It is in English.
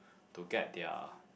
to get their